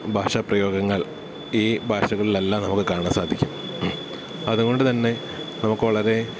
ഭാഷാപ്രയോഗങ്ങൾ ഈ ഭാഷകളിലെല്ലാം നമുക്ക് കാണാൻ സാധിക്കും അത്കൊണ്ട്തന്നെ നമുക്ക് വളരെ